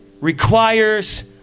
requires